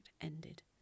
ended